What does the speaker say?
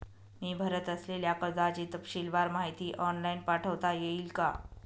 मी भरत असलेल्या कर्जाची तपशीलवार माहिती ऑनलाइन पाठवता येईल का?